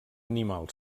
animal